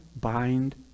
bind